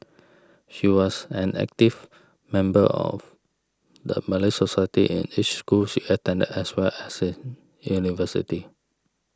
she was an active member of the Malay Society in each school she attended as well as in university